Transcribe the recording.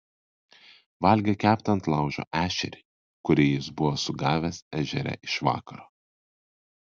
valgė keptą ant laužo ešerį kurį jis buvo sugavęs ežere iš vakaro